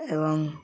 এবং